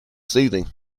soothing